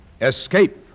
Escape